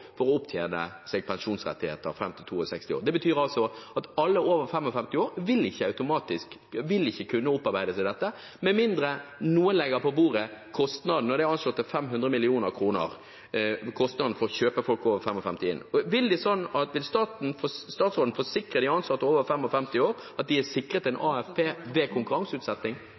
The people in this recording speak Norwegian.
for å opptjene pensjonsrettigheter fram til 62 år. Det betyr altså at alle over 55 år ikke vil kunne opparbeide seg dette, med mindre noen legger på bordet kostnaden, og kostnaden for å kjøpe inn folk over 55 år er anslått til 500 mill. kr. Vil statsråden forsikre de ansatte over 55 år om at de er sikret en AFP ved konkurranseutsetting?